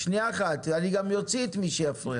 אני גם אוציא את מי שיפריע.